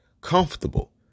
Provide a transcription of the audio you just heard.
comfortable